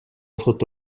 sotto